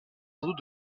sans